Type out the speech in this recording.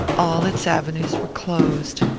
all its avenues were closed.